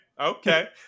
Okay